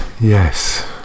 yes